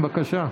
בבקשה.